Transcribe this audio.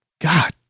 God